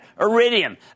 Iridium